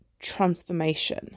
transformation